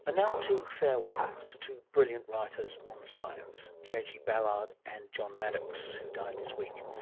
and now two farewells to two brilliant writers on science. jg ballard and john maddox who died this week.